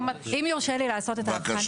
אם יורשה לי לעשות את ההבחנה,